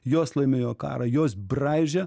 jos laimėjo karą jos braižė